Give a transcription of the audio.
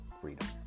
freedom